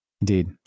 indeed